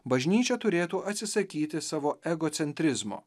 bažnyčia turėtų atsisakyti savo egocentrizmo